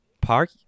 park